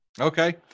Okay